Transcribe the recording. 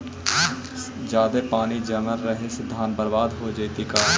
जादे पानी जमल रहे से धान बर्बाद हो जितै का?